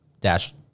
dash